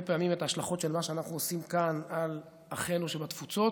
פעמים את ההשלכות של מה שאנחנו עושים כאן על אחינו שבתפוצות,